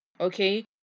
okay